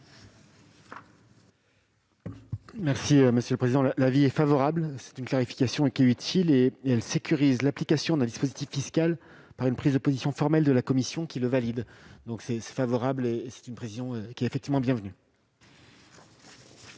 Merci monsieur le président, la vie est favorable, c'est une clarification et qui est utile et elle sécurise l'application d'un dispositif fiscal par une prise de position formelle de la commission qui le valide donc c'est c'est favorable et c'est une pression qui effectivement bienvenue.